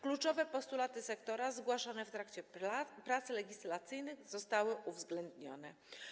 Kluczowe postulaty sektora zgłaszane w trakcie prac legislacyjnych zostały uwzględnione.